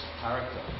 character